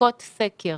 בדיקות סקר